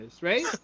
right